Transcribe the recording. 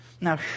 Now